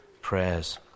prayers